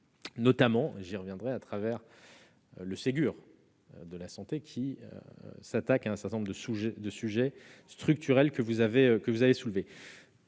notamment, j'y reviendrai, à travers le Ségur de la santé, qui s'attaque à un certain nombre de problèmes structurels que vous soulevez.